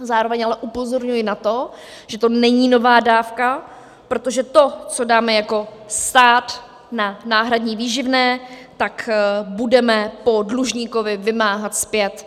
Zároveň ale upozorňuji na to, že to není nová dávka, protože to, co dáme jako stát na náhradní výživné, budeme po dlužníkovi vymáhat zpět.